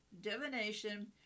divination